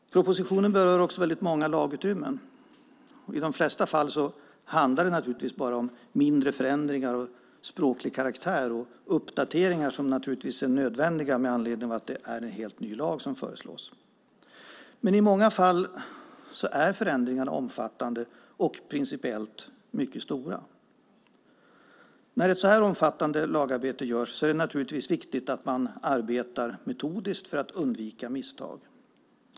Propositionen berör också väldigt många lagutrymmen. I de flesta fall handlar det förstås om mindre förändringar av språklig karaktär och uppdateringar som naturligtvis är nödvändiga med tanke på att det är en helt ny lag som föreslås. Men i många fall är förändringarna omfattande och principiellt mycket stora. När ett sådant här omfattande lagarbete görs är det naturligtvis viktigt att man arbetar metodiskt för att undvika misstag.